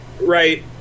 right